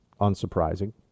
unsurprising